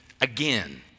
again